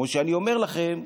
כמו שאני אומר לכם,